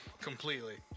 completely